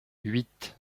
huit